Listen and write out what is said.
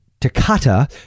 Takata